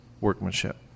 workmanship